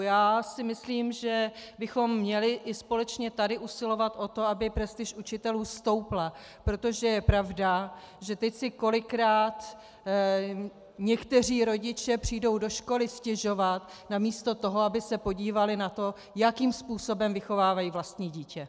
Já si myslím, že bychom měli společně usilovat o to, aby prestiž učitelů stoupla, protože je pravda, že teď si kolikrát někteří rodiče přijdou do školy stěžovat namísto toho, aby se podívali na to, jakým způsobem vychovávají vlastní dítě.